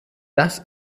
das